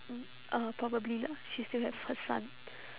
uh probably lah she still have her son